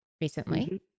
recently